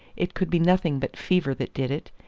it could be nothing but fever that did it,